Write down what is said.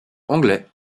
anglais